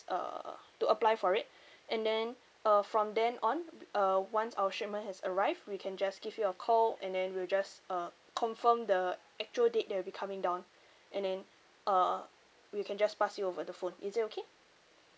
uh to apply for it and then uh from then on uh once our shipment has arrived we can just give you a call and then we'll just uh confirm the actual date that it'll be coming down and then uh we can just pass you over the phone is it okay